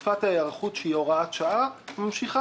תקופת ההיערכות שהיא הוראת שעה, ממשיכה.